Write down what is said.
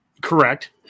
correct